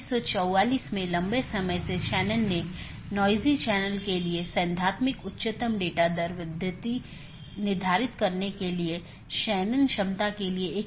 एक ज्ञात अनिवार्य विशेषता एट्रिब्यूट है जोकि सभी BGP कार्यान्वयन द्वारा पहचाना जाना चाहिए और हर अपडेट संदेश के लिए समान होना चाहिए